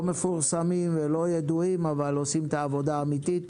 מפורסמים ולא ידועים אבל עושים את העבודה האמיתית.